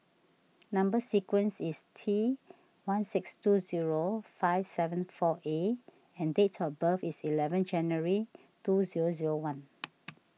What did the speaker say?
Number Sequence is T one six two zero five seven four A and date of birth is eleven January two zero zero one